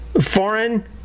foreign